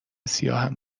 سیاهم